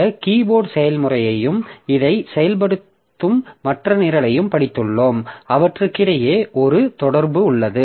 இந்த கீபோர்ட் செயல்முறையையும் இதைச் செயல்படுத்தும் மற்ற நிரலையும் படித்துள்ளோம் அவற்றுக்கிடையே ஒரு தொடர்பு உள்ளது